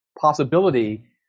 possibility